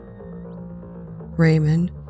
Raymond